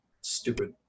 stupid